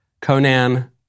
Conan